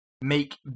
make